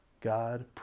God